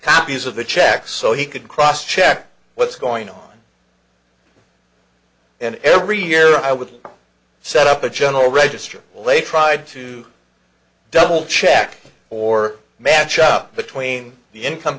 copies of the check so he could cross check what's going on and every year i would set up a general register later tried to double check or match up between the income